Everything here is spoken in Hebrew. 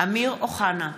אמיר אוחנה,